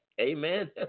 Amen